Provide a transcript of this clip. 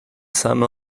some